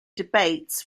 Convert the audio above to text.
debates